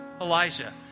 Elijah